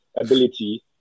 ability